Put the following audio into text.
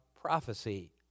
prophecy